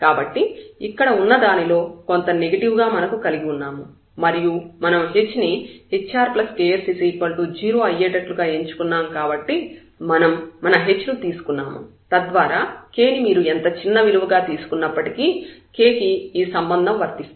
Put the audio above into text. కాబట్టి ఇక్కడ ఉన్న దానిలో కొంత నెగటివ్ గా మనం కలిగి ఉన్నాము మరియు మనం h ని hrks 0 అయ్యేటట్లుగా ఎంచుకున్నాము కాబట్టి మనం మన h ను తీసుకున్నాము తద్వారా k ని మీరు ఎంత చిన్న విలువగా తీసుకున్నప్పటికీ k కి ఈ సంబంధం వర్తిస్తుంది